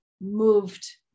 moved